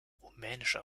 rumänischer